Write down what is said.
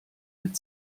mit